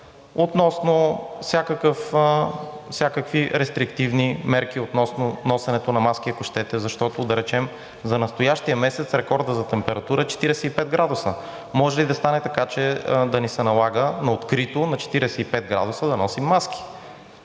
относно всякакви рестриктивни мерки относно носенето на маски, ако щете? Защото, да речем, за настоящия месец рекордът за температура е 45 градуса. Може и да стане така, че да ни се налага на открито на 45 градуса да носим маски.